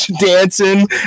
dancing